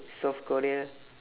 south korea